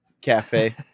Cafe